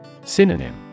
Synonym